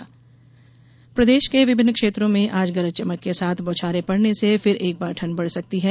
मौसम प्रदेश के विभिन्न क्षेत्रों में आज गरज चमक के साथ बौछारें पडने से फिर एक बार ठंड बढ़ सकती है